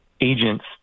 agents